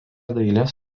dailės